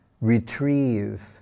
retrieve